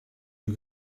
you